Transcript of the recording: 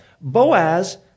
Boaz